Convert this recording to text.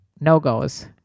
No-goes